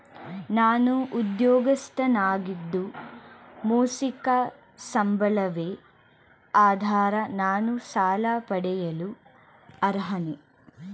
ನಾನು ಉದ್ಯೋಗಸ್ಥನಾಗಿದ್ದು ಮಾಸಿಕ ಸಂಬಳವೇ ಆಧಾರ ನಾನು ಸಾಲ ಪಡೆಯಲು ಅರ್ಹನೇ?